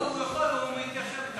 לא, הוא יכול, הוא מתיישר אתנו.